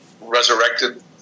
resurrected